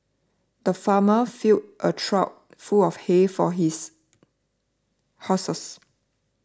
the farmer filled a trough full of hay for his horses